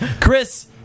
Chris